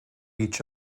each